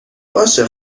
باشه